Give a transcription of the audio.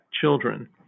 children